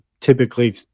typically